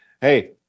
hey